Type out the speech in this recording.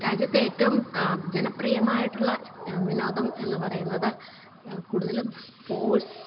രാജ്യത്തെ ഏറ്റവും ജനപ്രിയമായിട്ടുള്ള വിനോദം എന്ന് പറയുന്നത് കൂടുതലും സ്പോർട്ട്സ്